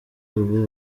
ubu